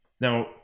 now